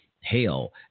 hell